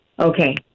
okay